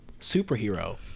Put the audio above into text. superhero